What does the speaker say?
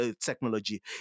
technology